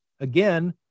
Again